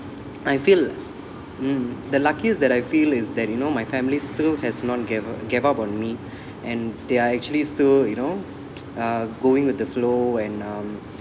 I feel mm the luckiest that I feel is that you know my family still has not gave gave up on me and they are actually still you know uh going with the flow and um